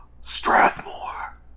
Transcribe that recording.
Strathmore